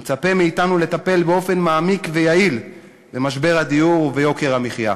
המצפה מאתנו לטפל באופן מעמיק ויעיל במשבר הדיור וביוקר המחיה.